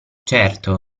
certo